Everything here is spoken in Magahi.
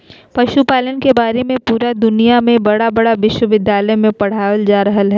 पशुपालन के बारे में पुरा दुनया में बड़ा बड़ा विश्विद्यालय में पढ़ाल जा रहले हइ